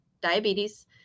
diabetes